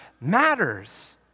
matters